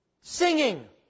singing